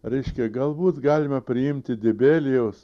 reiškia galbūt galime priimti dibelijaus